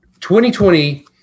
2020